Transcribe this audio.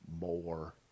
more